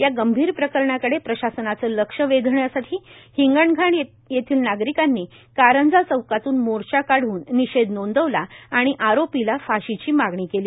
या गंभीर प्रकरणाकडे प्रशासनाचे लक्ष वेधण्यासाठी हिंगणघाट येथील नागरिकांनी कारंजा चौकातून मोर्चा काढून निषेध नोंदविला आणि आरोपीला फाशीची मागणी केली